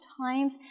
times